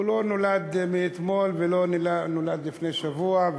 לא נולד אתמול ולא נולד לפני שבוע.